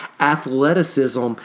athleticism